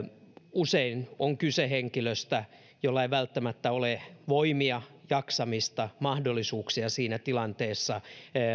usein on kyse henkilöstä jolla ei välttämättä ole voimia jaksamista mahdollisuuksia siinä tilanteessa